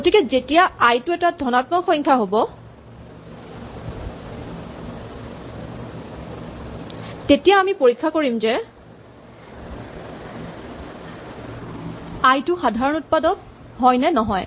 গতিকে যেতিয়া আই টো এটা ধনাত্মক সংখ্যা হ'ব তেতিয়া আমি পৰীক্ষা কৰিম যে আই টো সাধাৰণ উৎপাদক হয় নে নহয়